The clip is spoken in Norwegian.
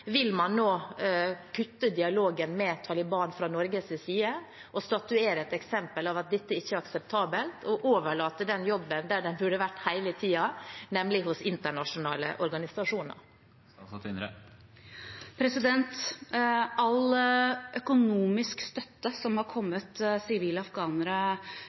Vil man nå kutte dialogen med Taliban fra Norges side og statuere et eksempel på at dette ikke er akseptabelt, og overlate den jobben til internasjonale organisasjoner, der den burde vært hele tiden? All økonomisk støtte som har kommet sivile afghanere til nytte i løpet av tiden som har